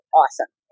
awesome